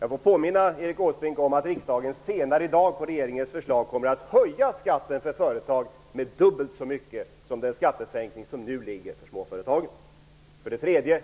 Jag får påminna Erik Åsbrink om att riksdagen senare i dag på regeringens förslag kommer att höja skatten för företag med dubbelt så mycket som den skattesänkning innebär som nu ligger för småföretagen. För det tredje: